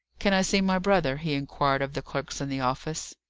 can i see my brother? he inquired of the clerks in the office.